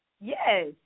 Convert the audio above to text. yes